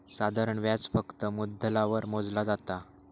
साधारण व्याज फक्त मुद्दलावर मोजला जाता